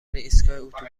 ایستگاه